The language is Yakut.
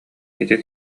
ити